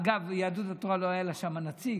אגב, ליהדות התורה לא היה שם נציג.